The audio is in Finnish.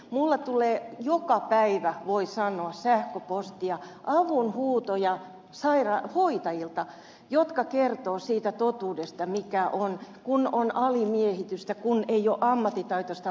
minulle tulee joka päivä voi sanoa sähköpostia avunhuutoja hoitajilta jotka kertovat totuuden siitä millaista on kun on alimiehitystä kun ei ole ammattitaitoista hoitohenkilökuntaa